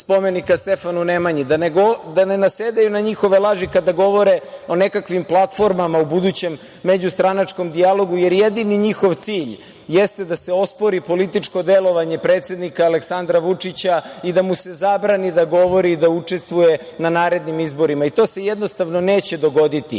Stefanu Nemanji, da ne nasedaju na njihove laži kada govore o nekakvim platformama u budućem međustranačkom dijalogu, jer jedini njihov cilj jeste da se ospori političko delovanje predsednika Aleksandra Vučića i da mu se zabrani da govori i da učestvuje na narednim izborima. To se jednostavno neće dogoditi.